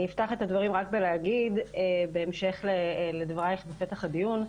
אני אפתח את הדברים רק בלהגיד בהמשך לדברייך בפתח הדיון,